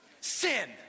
Sin